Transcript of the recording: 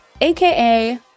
aka